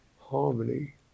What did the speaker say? Harmony